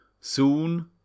Soon